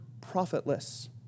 profitless